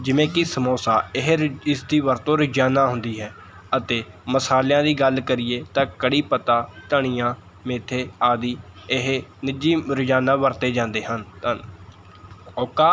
ਜਿਵੇਂ ਕਿ ਸਮੌਸਾ ਇਹ ਇਸ ਦੀ ਵਰਤੋਂ ਰੋਜ਼ਾਨਾ ਹੁੰਦੀ ਹੈ ਅਤੇ ਮਸਾਲਿਆਂ ਦੀ ਗੱਲ ਕਰੀਏ ਤਾਂ ਕੜ੍ਹੀ ਪੱਤਾ ਧਨੀਆ ਮੇਥੇ ਆਦਿ ਇਹ ਨਿੱਜੀ ਰੋਜ਼ਾਨਾ ਵਰਤੇ ਜਾਂਦੇ ਹਨ ਧੰਨ ਓਕਾ